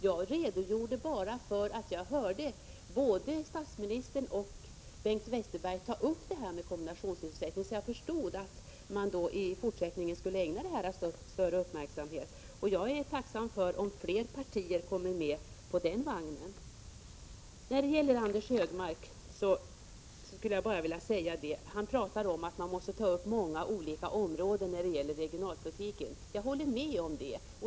Jag redogjorde bara för att jag hörde både statsministern och Bengt Westerberg ta upp kombinationssysselsättningen, så jag förstod att den saken i fortsättningen skulle komma att ägnas större uppmärksamhet. Jag är tacksam om fler partier kommer med på den vagnen. Anders G Högmark talar om att man måste ta upp många olika områden när det gäller regionalpolitiken. Jag håller med om det.